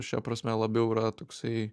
šia prasme labiau yra toksai